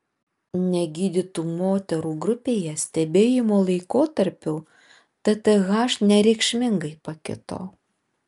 negydytų moterų grupėje stebėjimo laikotarpiu tth nereikšmingai pakito